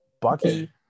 Bucky